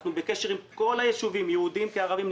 אנחנו בקשר עם כל הישובים, יהודיים כערביים.